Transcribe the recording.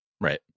Right